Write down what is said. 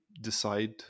decide